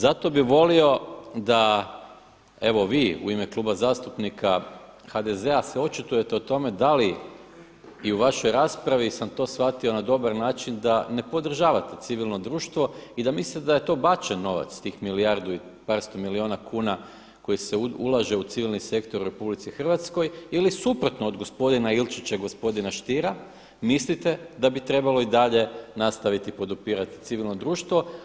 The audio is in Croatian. Zato bi volio da evo vi u ime Kuba zastupnika HDZ-a se očitujete o tome da li i u vašoj raspravi sam to shvatio na dobar način da ne podržavate civilno društvo i da mislite da je to bačen novac tih milijardu i par sto milijuna kuna koji se ulaže u civilni sektor u RH ili suprotno od gospodina Ilčića i gospodina Stiera mislite da bi trebalo i dalje nastaviti podupirati civilno društvo.